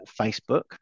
Facebook